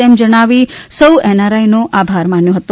તેમ જણાવી સૌ એનઆરઆઈનો આભાર માન્યો હતો